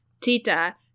Tita